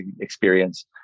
experience